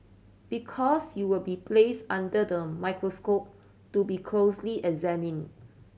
because you will be placed under the microscope to be closely examined